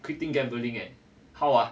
quitting gambling eh how ah